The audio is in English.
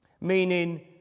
meaning